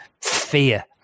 fear